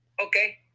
okay